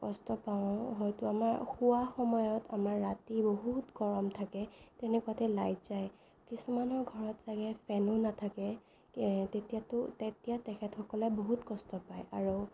কষ্ট পাওঁ হয়তো আমাৰ শোৱা সময়ত আমাৰ ৰাতি বহুত গৰম থাকে তেনেকুৱাতে লাইট যায় কিছুমানৰ ঘৰত চাগে ফেনো নাথাকে তেতিয়াতো তেতিয়া তেখেতসকলে বহুত কষ্ট পায় আৰু